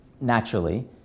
naturally